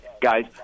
guys